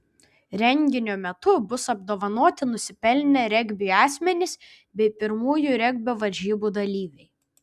renginio metu bus apdovanoti nusipelnę regbiui asmenys bei pirmųjų regbio varžybų dalyviai